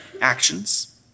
actions